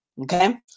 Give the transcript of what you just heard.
Okay